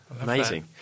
amazing